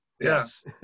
Yes